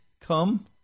come